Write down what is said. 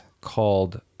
called